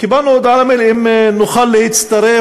קיבלנו הודעה למייל אם נוכל להצטרף